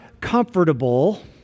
comfortable